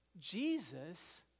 Jesus